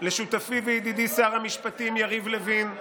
כמובן לשותפי וידידי שר המשפטים יריב לוין,